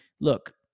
look